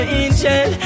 angel